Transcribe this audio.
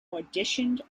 auditioned